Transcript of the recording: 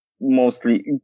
mostly